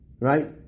right